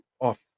off